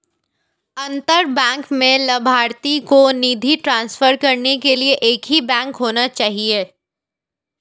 अंतर बैंक में लभार्थी को निधि ट्रांसफर करने के लिए एक ही बैंक होना चाहिए